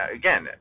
again